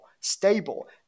stable